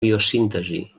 biosíntesi